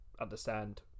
understand